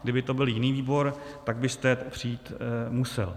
Kdyby to byl jiný výbor, tak byste přijít musel.